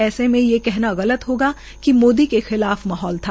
ऐसे में ये कहना गलत होगा कि मोदी के खिलाफ माहौल था